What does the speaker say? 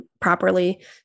properly